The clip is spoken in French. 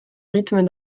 rythme